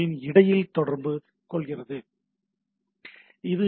B க்கு இடையில் தொடர்பு கொள்கிறது